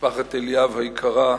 משפחת אליאב היקרה,